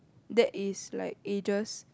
that is like ages